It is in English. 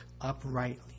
uprightly